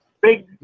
Big